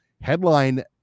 Headline